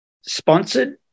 sponsored